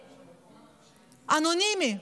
אנונימי.